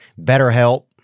BetterHelp